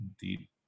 deep